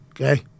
Okay